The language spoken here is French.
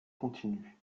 continue